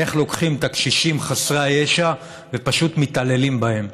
איך לוקחים את הקשישים חסרי הישע ופשוט מתעללים בהם.